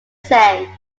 same